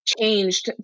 changed